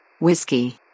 Whiskey